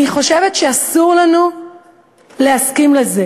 אני חושבת שאסור לנו להסכים לזה.